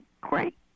great